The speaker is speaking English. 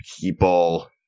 people